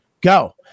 go